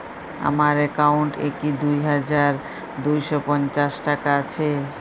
আমার অ্যাকাউন্ট এ কি দুই হাজার দুই শ পঞ্চাশ টাকা আছে?